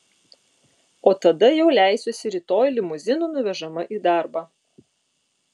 o tada jau leisiuosi rytoj limuzinu nuvežama į darbą